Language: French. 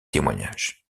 témoignage